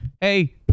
hey